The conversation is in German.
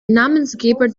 namensgeber